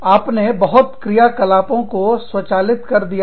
आपने बहुत क्रियाकलापों को स्वचालित कर दिया है